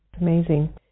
amazing